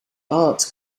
art